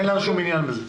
אין לנו שום עניין בזה.